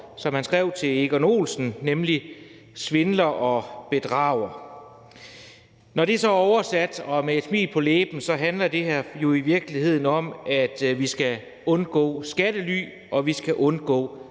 som han skrev til Egon Olsen, nemlig svindler og bedrager. Det er sagt med et smil på læben, og oversat handler det her jo i virkeligheden om, at vi skal undgå skattely, og at vi skal undgå